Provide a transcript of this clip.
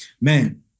man